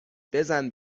بزن